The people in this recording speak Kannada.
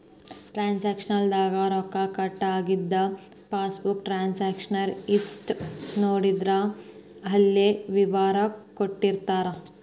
ಆನಲೈನ್ ದಾಗ ರೊಕ್ಕ ಕಟ್ ಆಗಿದನ್ನ ಪಾಸ್ಬುಕ್ ಟ್ರಾನ್ಸಕಶನ್ ಹಿಸ್ಟಿ ನೋಡಿದ್ರ ಅಲ್ಲೆ ವಿವರ ಕೊಟ್ಟಿರ್ತಾರ